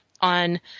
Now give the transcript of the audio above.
on